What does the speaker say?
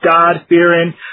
God-fearing